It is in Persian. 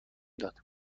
داد